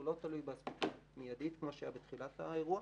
הוא לא תלוי באספקה מיידית כמו שהיה בתחילת האירוע.